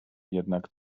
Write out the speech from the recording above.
jednak